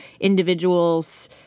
individuals